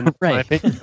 Right